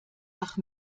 ach